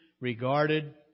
regarded